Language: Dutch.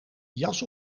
jas